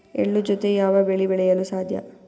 ಎಳ್ಳು ಜೂತೆ ಯಾವ ಬೆಳೆ ಬೆಳೆಯಲು ಸಾಧ್ಯ?